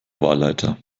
wahlleiter